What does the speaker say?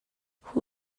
who